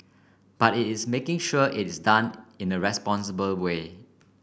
but it is making sure it is done in a responsible way